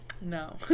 No